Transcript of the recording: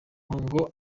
mpongo